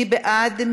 מי בעד?